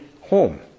home